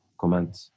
comment